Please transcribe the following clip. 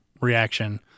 reaction